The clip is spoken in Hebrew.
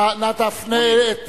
נא תפנה את